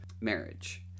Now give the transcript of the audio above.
marriage